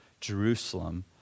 Jerusalem